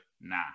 nah